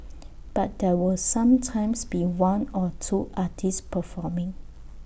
but there will sometimes be one or two artists performing